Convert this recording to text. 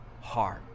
heart